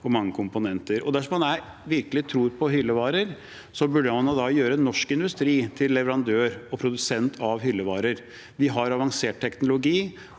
og mange komponenter. Dersom man virkelig tror på hyllevarer, burde man gjøre norsk industri til leverandør og produsent av hyllevarer. Vi har avansert teknologi,